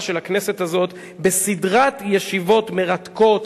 של הכנסת הזאת בסדרת ישיבות מרתקות,